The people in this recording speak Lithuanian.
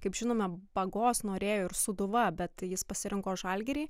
kaip žinome bagos norėjo ir sūduva bet jis pasirinko žalgirį